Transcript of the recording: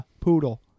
poodle